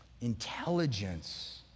intelligence